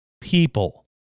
people